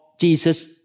Jesus